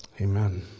Amen